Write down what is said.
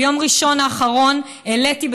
ביום ראשון האחרון העליתי,